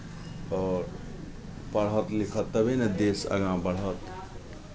आर पढ़त लिखत तभी ने देश आगाँ बढ़त